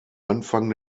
anfang